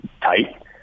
tight